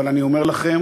אבל אני אומר לכם,